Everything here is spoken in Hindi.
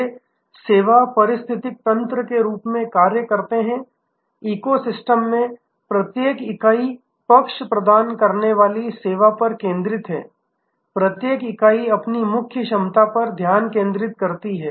ये सेवा पारिस्थितिकी तंत्र के रूप में कार्य करते हैं इको सिस्टम में प्रत्येक इकाई पक्ष प्रदान करने वाली सेवा पर केंद्रित है प्रत्येक इकाई अपनी मुख्य क्षमता पर ध्यान केंद्रित करती है